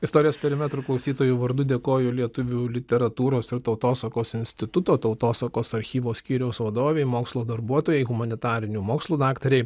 istorijos perimetrų klausytojų vardu dėkoju lietuvių literatūros ir tautosakos instituto tautosakos archyvo skyriaus vadovei mokslo darbuotojai humanitarinių mokslų daktarei